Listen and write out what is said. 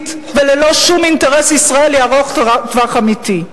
וללא שום אינטרס ישראלי ארוך טווח אמיתי.